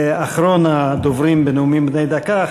אחרון הדוברים בנאומים בני דקה,